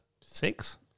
Six